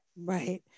Right